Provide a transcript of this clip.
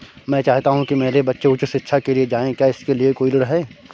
मैं चाहता हूँ कि मेरे बच्चे उच्च शिक्षा के लिए जाएं क्या इसके लिए कोई ऋण है?